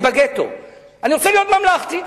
אני רוצה להיות ממלכתי.